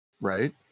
Right